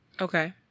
Okay